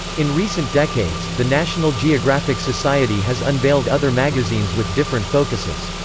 in recent decades, the national geographic society has unveiled other magazines with different focuses.